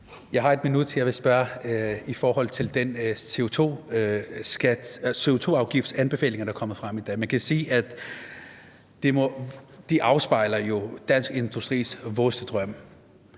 Jeg har 1 minut. Jeg vil spørge til CO2-afgiftanbefalingerne, der er kommet frem i dag. Man kan sige, at de jo afspejler Dansk Industris vådeste drøm.